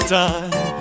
time